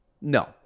No